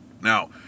Now